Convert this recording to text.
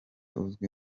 uzwi